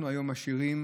אנחנו משאירים